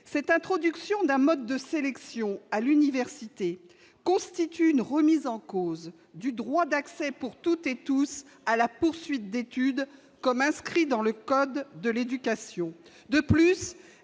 cette introduction d'un mode de sélection à l'université constitue une remise en cause du droit d'accès pour toutes et tous à la poursuite d'études comme inscrit dans le code de l'éducation, de plus,